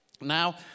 Now